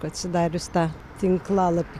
atsidarius tą tinklalapį